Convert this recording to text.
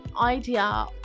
idea